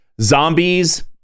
Zombies